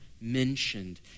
mentioned